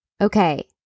Okay